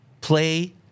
Play